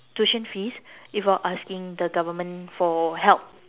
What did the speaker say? tuition fees without asking the government for help